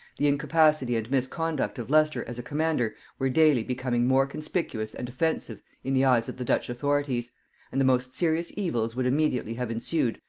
the incapacity and misconduct of leicester as a commander were daily becoming more conspicuous and offensive in the eyes of the dutch authorities and the most serious evils would immediately have ensued,